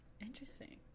Interesting